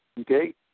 okay